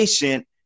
patient